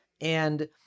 And-